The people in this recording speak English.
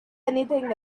anything